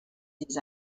his